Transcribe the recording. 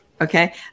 Okay